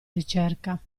ricerca